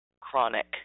chronic